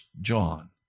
John